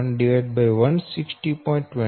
27 0